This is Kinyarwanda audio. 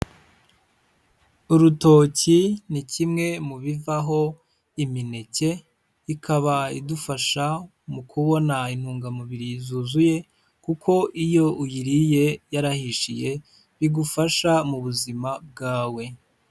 Urutoki ni kimwe mu bivaho imineke, ikaba idufasha mu kubona intungamubiri zuzuye, kuko iyo uyiriye yarahishiye, bigufasha mu buzima bwawe.